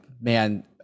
man